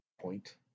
point